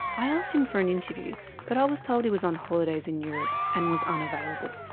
i asked him for an interview but i was told he was on holidays in europe and was unavailable.